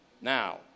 Now